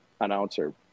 announcer